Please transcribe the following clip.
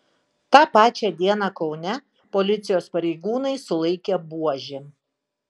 tą pačią dieną kaune policijos pareigūnai sulaikė buožį